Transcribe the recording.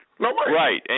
Right